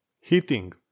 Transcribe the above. heating